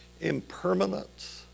impermanence